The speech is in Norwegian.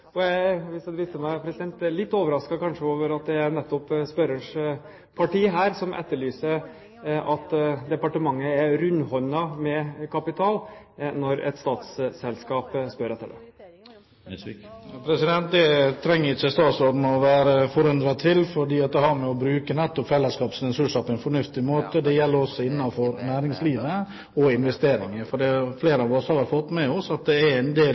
Jeg er litt overrasket over at det er nettopp spørrerens parti som etterlyser at departementet er rundhåndet med kapital når et statsselskap spør etter det. Det trenger ikke statsråden å være forundret over, for det har å gjøre med å bruke fellesskapets ressurser på en fornuftig måte. Det gjelder også innenfor næringslivet og investeringer. Flere av oss har fått med seg at det er en del